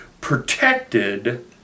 protected